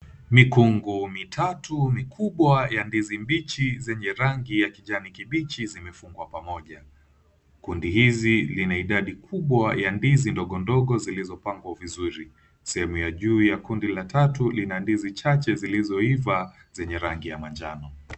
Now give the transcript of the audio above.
Mikungu mitatu mikubwa ya ndizi mbichi zenye rangi ya kijani kibichi zimefungwa pamoja. Kundi hizi zinz idadi ndogondogo za ndizi zilizopangwa vizuri. Sehemu la kundi la juu zina ndizi zilizoiva zenye rangi ya manjano.